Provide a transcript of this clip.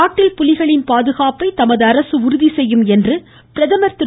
நாட்டில் புலிகளின் பாதுகாப்பை தமது அரசு உறுதி செய்யும் என்று பிரதமா் திரு